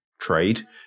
trade